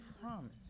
promise